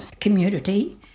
community